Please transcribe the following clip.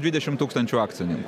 dvidešim tūkstančių akcininkų